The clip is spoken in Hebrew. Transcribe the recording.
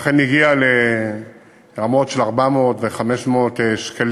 ואכן הגיע לרמות של 400 ו-500 שקלים,